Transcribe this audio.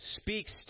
speaks